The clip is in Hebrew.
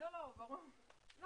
ננעלה בשעה 14:25.